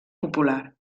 popular